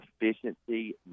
efficiency